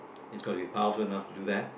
it's gotta be powerful enough to do that